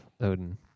Odin